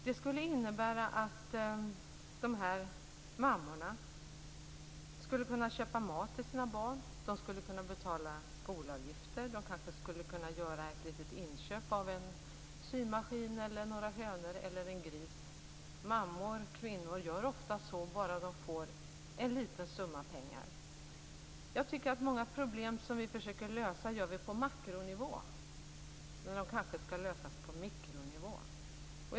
Det skulle innebära att mammorna kunde köpa mat till sina barn. De skulle kunna betala skolavgifter. De skulle kunna göra ett litet inköp av en symaskin, några hönor eller en gris. Mammor, kvinnor, gör ofta så bara de får en liten summa pengar. Vi försöker ofta lösa problem på makronivå, när de kanske skall lösas på mikronivå.